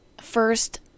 first